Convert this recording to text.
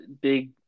big